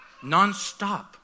nonstop